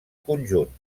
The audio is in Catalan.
conjunt